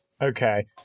Okay